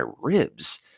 ribs